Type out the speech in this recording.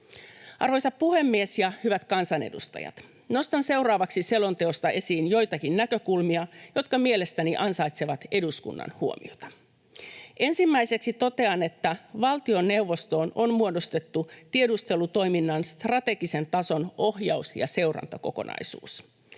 Arvoisa puhemies ja hyvät kansanedustajat! Nostan seuraavaksi selonteosta esiin joitakin näkökulmia, jotka mielestäni ansaitsevat eduskunnan huomiota. Ensimmäiseksi totean, että valtioneuvostoon on muodostettu tiedustelutoiminnan strategisen tason ohjaus- ja seurantakokonaisuus.